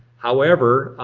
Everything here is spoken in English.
however,